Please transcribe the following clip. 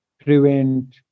prevent